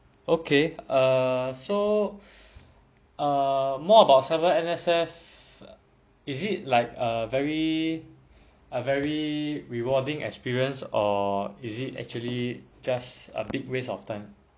okay err so err more about cyber N_S_F is it like a very err very rewarding experience or is it actually just a big waste of time